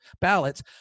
ballots